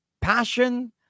passion